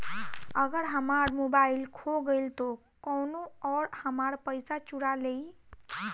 अगर हमार मोबइल खो गईल तो कौनो और हमार पइसा चुरा लेइ?